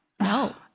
No